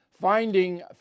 Finding